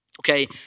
Okay